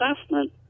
assessment